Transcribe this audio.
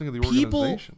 people